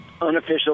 Unofficial